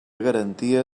garantia